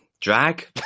Drag